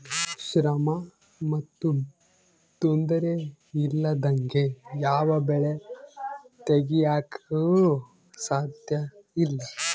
ಶ್ರಮ ಮತ್ತು ತೊಂದರೆ ಇಲ್ಲದಂಗೆ ಯಾವ ಬೆಳೆ ತೆಗೆಯಾಕೂ ಸಾಧ್ಯಇಲ್ಲ